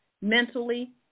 mentally